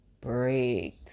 break